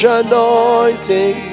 anointing